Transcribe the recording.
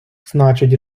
значить